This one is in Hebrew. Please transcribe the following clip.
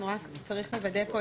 אנחנו רק, צריך לוודא פה.